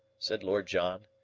said lord john.